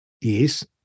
Yes